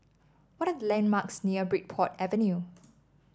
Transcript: what are the landmarks near Bridport Avenue